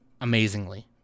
amazingly